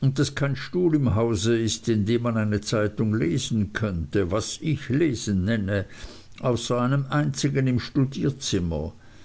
und daß kein stuhl im hause ist in dem man eine zeitung lesen könnte was ich lesen nenne außer einem einzigen im